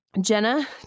Jenna